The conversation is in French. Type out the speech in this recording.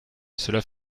cela